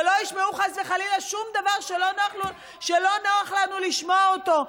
שלא ישמעו חס וחלילה שום דבר שלא נוח לנו לשמוע אותו.